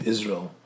Israel